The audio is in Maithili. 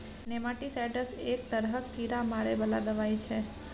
नेमाटीसाइडस एक तरहक कीड़ा मारै बला दबाई छै